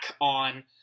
on